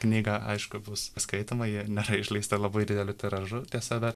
knyga aišku bus skaitoma ji nėra išleista labai dideliu tiražu tiesa dar